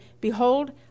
Behold